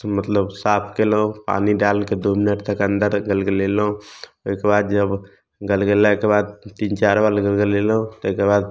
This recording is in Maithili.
मतलब साफ कएलहुँ पानि डालिके दुइ मिनट तक अन्दर गलगलेलहुँ ओहिके बाद जब गलगलाइके बाद तीन चारि बेर गलगलेलहुँ ताहिके बाद